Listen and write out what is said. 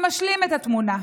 שמשלים את התמונה.